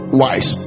wise